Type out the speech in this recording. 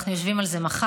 אנחנו יושבים על זה מחר.